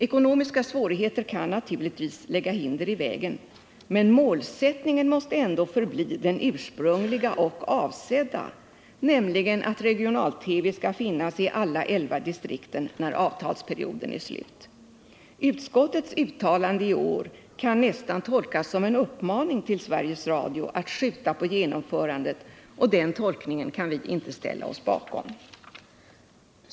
Ekonomiska svårigheter kan naturligtvis lägga hinder i vägen, men målsättningen måste ändå förbli den ursprungliga och avsedda, nämligen att regional-TV skall finnas i alla elva distrikten när avtalsperioden är slut. Utskottets uttalande i år kan nästan tolkas som en uppmaning till Sverige Radio att skjuta på genomförandet, och den tolkningen kan vi inte ställa oss bakom.